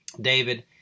David